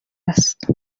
است